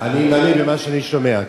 אני מאמין למה שאני שומע.